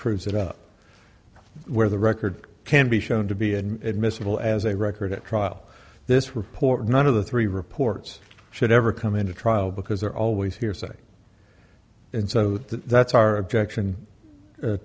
proves it up where the record can be shown to be and miscible as a record at trial this reporter none of the three reports should ever come into trial because they're always hearsay and so that's our objection